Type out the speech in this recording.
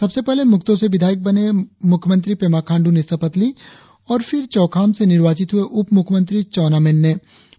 सबसे पहले मुक्तो से विधायक बने मुख्यमंत्री पेमा खांडू ने शपथ ली और चौखाम से निर्वाचित हुए उप मुख्यमंत्री चाउना मेन ने शपथ ली